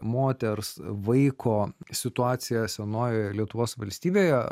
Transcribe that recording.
moters vaiko situaciją senojoje lietuvos valstybėje